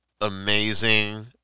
amazing